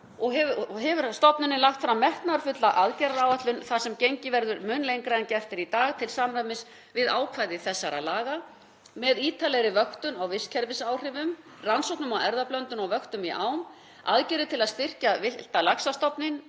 og hefur stofnunin lagt fram metnaðarfulla aðgerðaáætlun þar sem gengið verður mun lengra en gert er í dag til samræmis við ákvæði þessara laga með ítarlegri vöktun á vistkerfisáhrifum, rannsóknum á erfðablöndun og vöktun í ám, með aðgerðum til að styrkja villta laxastofninn,